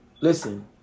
listen